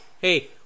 hey